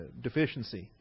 deficiency